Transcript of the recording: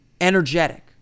Energetic